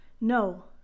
No